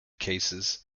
cases